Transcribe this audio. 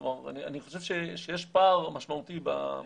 כלומר, אני חושב שיש פער משמעותי בחברה הערבית.